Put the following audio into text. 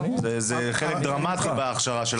זה חלק דרמטי בהכשרה.